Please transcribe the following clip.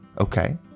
okay